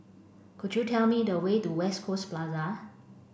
could you tell me the way to West Coast Plaza